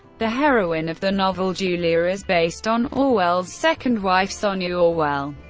the heroine of the novel, julia, is based on orwell's second wife, sonia orwell.